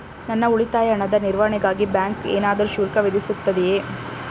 ನನ್ನ ಉಳಿತಾಯ ಹಣದ ನಿರ್ವಹಣೆಗಾಗಿ ಬ್ಯಾಂಕು ಏನಾದರೂ ಶುಲ್ಕ ವಿಧಿಸುತ್ತದೆಯೇ?